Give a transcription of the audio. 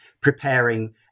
preparing